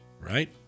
right